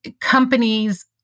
companies